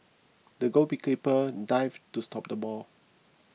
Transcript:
the goalkeeper dived to stop the ball